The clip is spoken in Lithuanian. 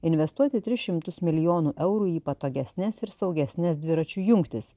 investuoti tris šimtus milijonų eurų į patogesnes ir saugesnes dviračių jungtis